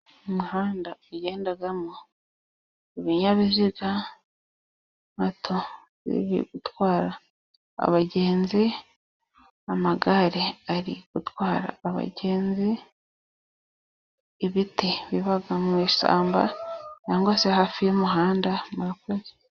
Umuhanda ugendamo ibinyabiziga, moto iri gutwara abagenzi, amagare ari gutwara abagenzi, ibiti biva mu ishyamba, cyangwa se hafi y'umuhanda, murakoze.